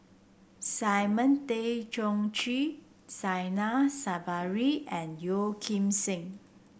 Simon Tay Seong Chee Zainal Sapari and Yeo Kim Seng